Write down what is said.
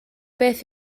beth